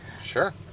Sure